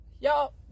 Y'all